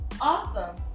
Awesome